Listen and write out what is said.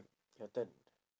your turn